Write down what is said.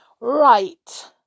Right